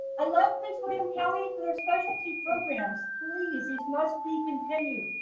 i love prince william county for their specialty programs. please these must be continued.